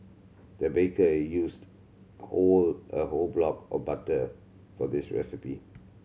the baker used whole a whole block of butter for this recipe